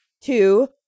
two